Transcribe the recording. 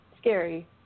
scary